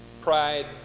pride